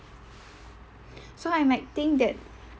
so I might think that